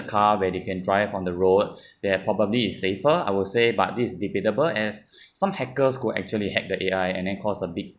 car where they can drive on the road they're probably is safer I will say but this is debatable as some hackers could actually hack the A_I and then cause a big